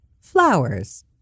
Flowers